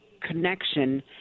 connection